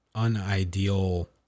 unideal